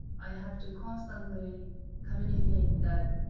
i have to constantly communicate that